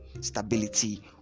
stability